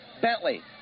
Bentley